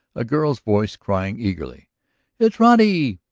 a girl's voice crying eagerly it's roddy!